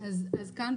אז כאן,